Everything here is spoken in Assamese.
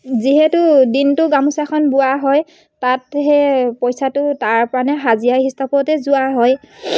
যিহেতু দিনটো গামোচাখন বোৱা হয় তাত সেই পইচাটো তাৰ কাৰণে হাজিৰা হিচাপতে যোৱা হয়